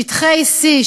שטחי C,